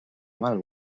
mal